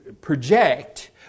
project